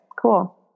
Cool